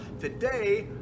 Today